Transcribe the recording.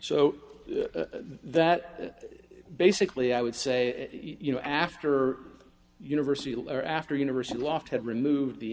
so that basically i would say you know after university letter after university loft had removed the